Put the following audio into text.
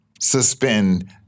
suspend